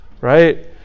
Right